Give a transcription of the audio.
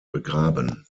begraben